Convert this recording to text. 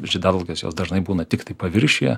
žiedadulkės jos dažnai būna tiktai paviršiuje